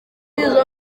izo